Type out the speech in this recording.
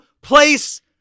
place